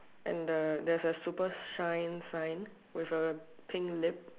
and the there's a super shine sign with a pink lip